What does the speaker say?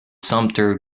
sumpter